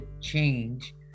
change